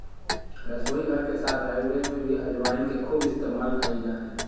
रसोईघर के साथ आयुर्वेद में भी अजवाइन के खूब इस्तेमाल कइल जा हइ